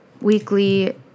weekly